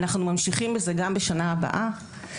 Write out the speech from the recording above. ואנחנו ממשיכים בזה גם בשנה הבאה.